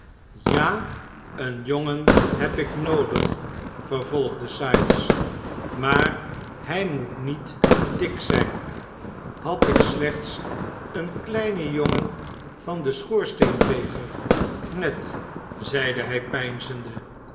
ja een jongen heb ik noodig vervolgde sikes maar hij moet niet dik zijn had ik slechts den kleinen jongen van den schoorsteenveger ned zeide hij